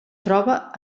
troba